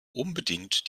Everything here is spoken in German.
unbedingt